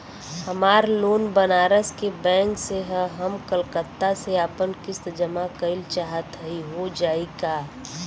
हमार लोन बनारस के बैंक से ह हम कलकत्ता से आपन किस्त जमा कइल चाहत हई हो जाई का?